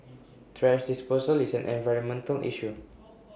thrash disposal is an environmental issue